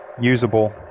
usable